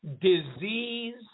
disease